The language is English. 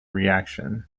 reaction